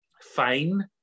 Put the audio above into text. fine